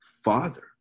Father